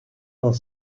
dans